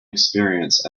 experience